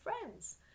friends